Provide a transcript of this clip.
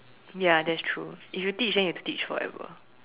ya that's true if you teach then you have to teach forever